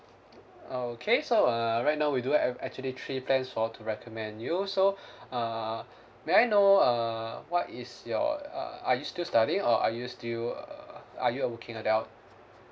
okay so err right now we do have actually three plans for to recommend you so uh may I know uh what is your uh are you still studying or are you still uh are you a working adult